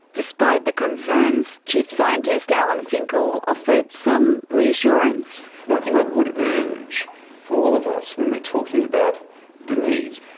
despite the concerns, chief scientist alan finkel offered some reassurance. one thing i would urge for all of us when we're talking about the needs,